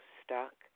stuck